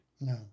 No